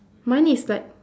mine is like